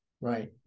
Right